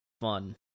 fun